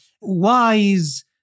wise